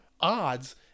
odds